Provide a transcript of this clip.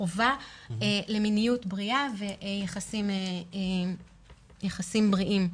חובה למיניות בריאה ויחסים בריאים.